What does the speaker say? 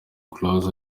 close